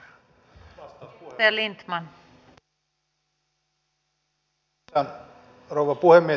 arvoisa rouva puhemies